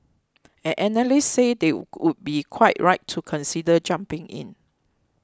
and analysts say they would be quite right to consider jumping in